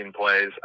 plays